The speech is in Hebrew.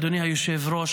אדוני היושב-ראש,